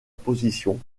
position